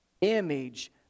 image